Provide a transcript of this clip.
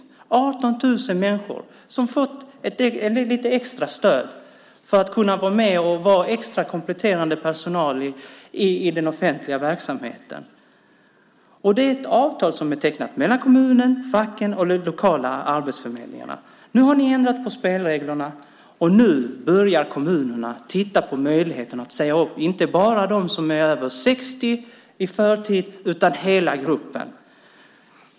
Det är 18 000 människor som har fått lite extra stöd för att kunna vara kompletterande personal i den offentliga verksamheten. Det är ett avtal som är tecknat mellan kommunen, facken och de lokala arbetsförmedlingarna. Nu har ni ändrat spelreglerna, och nu börjar kommunerna titta på möjligheten att säga upp inte bara dem som är över 60 i förtid utan hela gruppen.